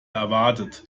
erwartet